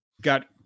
got